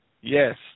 Yes